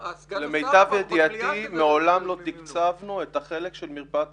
למיטב ידיעתי מעולם לא תקצבנו את החלק של מרפאת המתנדבים.